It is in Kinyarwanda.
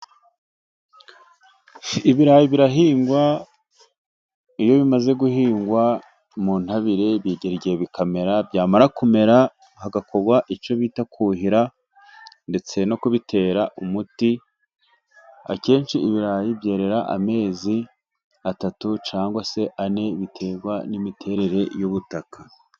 Ibirayi birahingwa iyo bimaze guhingwa mu ntabire bigera igihe bikamera, byamara kumera hagakorwa icyo bita kuwuhira ndetse no kubitera umuti, akenshi ibirayi byerera amezi atatu cyangwa se ane biterwa n' imiterere y' ubutaka.